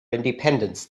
independence